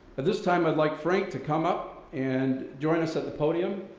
at this time i would like frank to come up and join us at the podium,